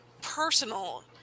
personal